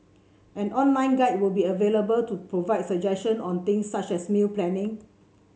an online guide will be available to provide suggestions on things such as meal planning